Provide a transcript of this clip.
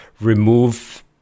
remove